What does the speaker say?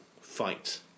fight